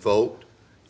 voked